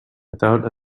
without